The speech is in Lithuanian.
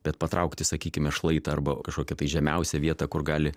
bet patraukti sakykime šlaitą arba kažkokią tai žemiausią vietą kur gali